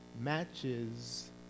matches